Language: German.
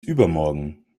übermorgen